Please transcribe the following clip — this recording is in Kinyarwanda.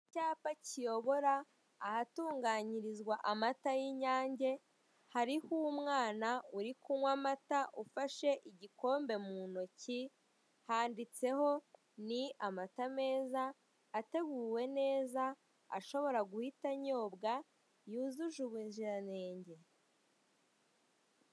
Icyapa kiyobora ahatunganyirizwa amata y'Inyange, hariho umwana uri kunywa amata ufashe igikombe mu ntoki, handitseho ni amata meza, ateguwe neza, ashobora guhita anyobwa, yujuje ubuziranenge.